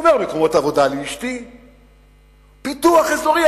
מקומות עבודה לאשתי ופיתוח אזורי.